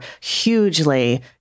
hugely